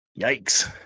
yikes